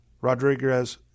Rodriguez